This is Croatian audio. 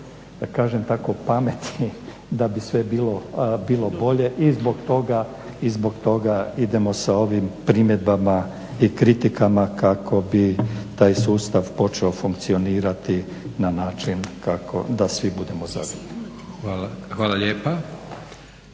da kažem tako pameti da bi sve bilo bolje i zbog toga, i zbog toga idemo sa ovim primjedbama i kritikama kako bi taj sustav počeo funkcionirati na način kako da svi budemo zadovoljni.